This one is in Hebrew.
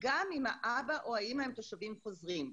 גם אם האבא או האימא הם תושבים חוזרים.